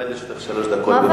עומדות לרשותך שלוש דקות.